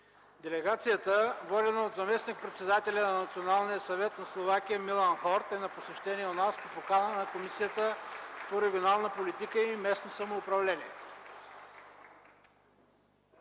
Делегацията, водена от заместник-председателят на Националния съвет на Словакия Милан Хорт е на посещение у нас по покана на Комисията по регионална политика и местно самоуправление.